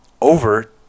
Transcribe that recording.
over